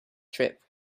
trip